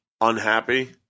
unhappy